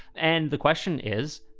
and the question is,